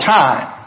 time